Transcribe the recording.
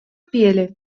пели